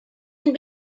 can